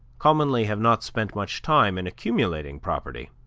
commonly have not spent much time in accumulating property.